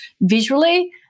visually